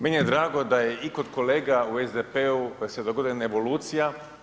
Meni je drago da je i kod kolega u SDP-u koja se dogodila evaluacija.